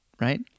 Right